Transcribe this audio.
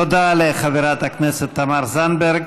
תודה לחברת הכנסת תמר זנדברג.